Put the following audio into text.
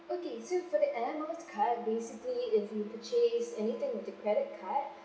okay so for the air miles card basically if you purchase anything with the credit card so